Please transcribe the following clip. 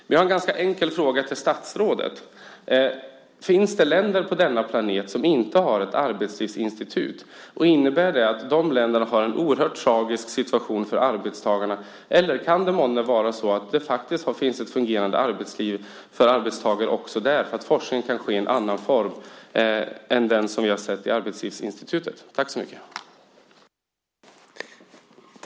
Jag har en ganska enkel fråga till statsrådet: Finns det länder på denna planet som inte har ett arbetslivsinstitut, och innebär det att de länderna har en oerhört tragisk situation för arbetstagarna? Eller kan det månne vara så att det faktiskt finns ett fungerande arbetsliv för arbetstagare också där, för att forskningen kan ske i en annan form än den som vi har sett i Arbetslivsinstitutet?